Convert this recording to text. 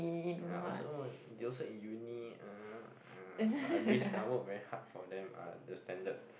ya I also they also in uni ah uh I risk I work very hard for them ah the standard